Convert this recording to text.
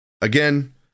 Again